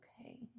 Okay